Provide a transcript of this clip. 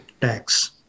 tax